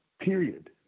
period